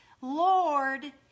Lord